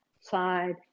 side